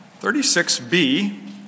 36B